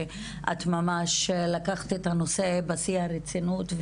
ואת לקחת את הנושא בשיא הרצינות,